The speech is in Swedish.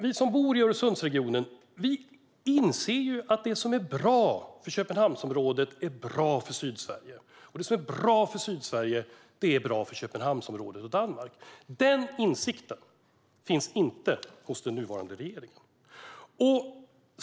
Vi som bor i Öresundsregionen inser ju att det som är bra för Köpenhamnsområdet är bra för Sydsverige, och det som är bra för Sydsverige är bra för Köpenhamnsområdet och Danmark. Den insikten finns inte hos den nuvarande regeringen.